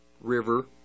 River